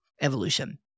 evolution